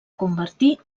convertir